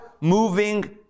moving